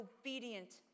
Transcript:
obedient